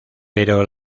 pero